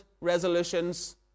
resolutions